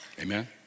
Amen